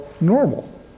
normal